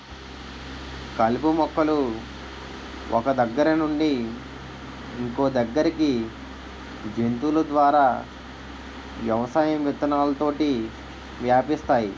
కలుపు మొక్కలు ఒక్క దగ్గర నుండి ఇంకొదగ్గరికి జంతువుల ద్వారా వ్యవసాయం విత్తనాలతోటి వ్యాపిస్తాయి